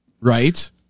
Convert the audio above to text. Right